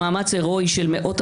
השקל מאבד מהערך שלו,